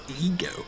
ego